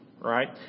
Right